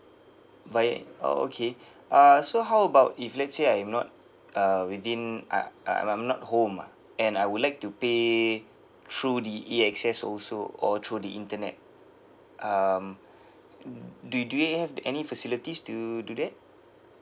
via oh okay uh so how about if let's say I'm not uh within I I'm not home ah and I would like to pay through the A_X_S also or through the internet um do you do you have any facilities to do that